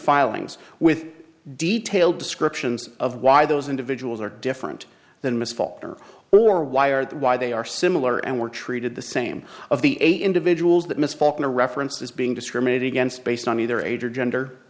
filings with detailed descriptions of why those individuals are different than miss foster or why or why they are similar and were treated the same of the eight individuals that miss falkner references being discriminated against based on either age or gender